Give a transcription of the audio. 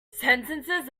sentences